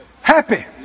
happy